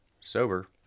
sober